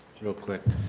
real quick.